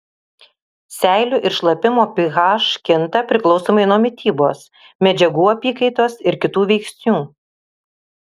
seilių ir šlapimo ph kinta priklausomai nuo mitybos medžiagų apykaitos ir kitų veiksnių